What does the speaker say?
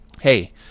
Hey